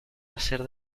hacer